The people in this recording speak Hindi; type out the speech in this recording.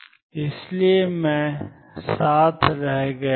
इसलिए मैं साथ रह गया हूं